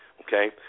Okay